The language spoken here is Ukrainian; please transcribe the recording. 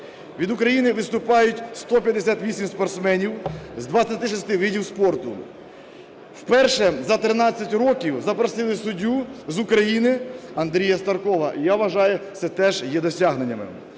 Від України виступають 158 спортсменів з 26 видів спорту. Вперше за 13 років запросили суддю з України Андрія Старкова. Я вважаю, це теж є досягненням.